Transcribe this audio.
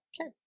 Okay